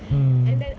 mm